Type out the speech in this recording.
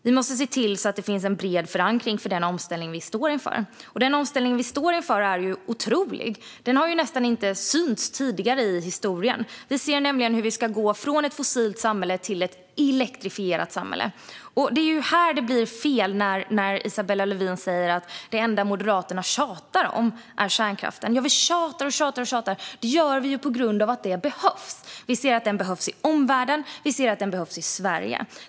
Vi måste se till att det finns en bred förankring av den omställning vi står inför. Det är en otrolig omställning som vi nästan aldrig sett tidigare i historien. Vi ska nämligen gå från ett fossilt samhälle till ett elektrifierat samhälle. Det är här det blir fel när Isabella Lövin säger att det enda Moderaterna tjatar om är kärnkraften. Ja, vi tjatar och tjatar på grund av att kärnkraften behövs. Vi ser att den behövs i omvärlden, och vi ser att den behövs i Sverige.